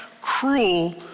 cruel